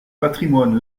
patrimoine